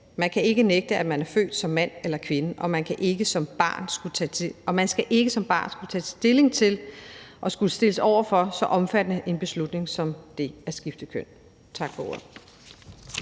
man kan ikke nægte, at man er født som mand eller kvinde, og man skal ikke som barn skulle tage stilling til og skulle stilles over for så omfattende en beslutning som det at skifte køn. Tak for ordet.